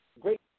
great